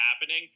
happening